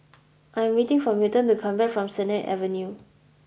I'm waiting for Milton to come back from Sennett Avenue